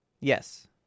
yes